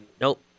Nope